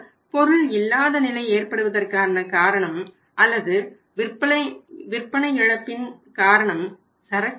ஆனால் பொருள் இல்லாத நிலை ஏற்படுவதற்கான காரணம் அல்லது விற்பனை இழப்பின் காரணம் சரக்கு இல்லை